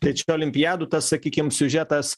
tai čia olimpiadų tas sakykim siužetas